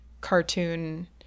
cartoon